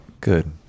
Good